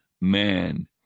man